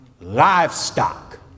livestock